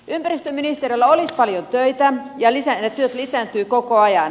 ympäristöministeriöllä olisi paljon töitä ja työt lisääntyvät koko ajan